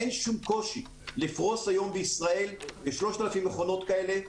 אין שום קושי לפרוס היום בישראל כ-3,000 מכונות כאלה.